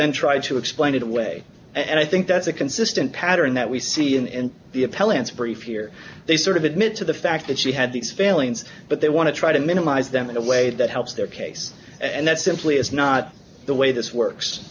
then tried to explain it away and i think that's a consistent pattern that we see in the appellant's brief here they sort of admit to the fact that she had these failings but they want to try to minimize them in a way that helps their case and that simply is not the way this works